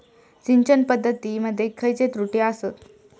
सिंचन पद्धती मध्ये खयचे त्रुटी आसत?